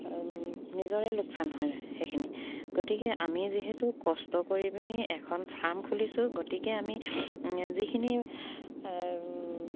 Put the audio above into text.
নিজৰে লোকচান হয় সেইখিনি গতিকে আমি যিহেতু কষ্ট কৰি পিনি এখন ফাৰ্ম খুলিছোঁ গতিকে আমি যিখিনি